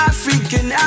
African